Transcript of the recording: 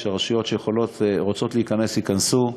שרשויות שרוצות להיכנס ייכנסו,